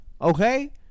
Okay